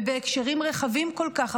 ובהקשרים רחבים כל כך.